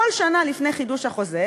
כל שנה לפני חידוש החוזה,